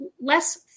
less